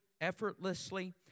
effortlessly